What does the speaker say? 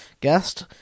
guest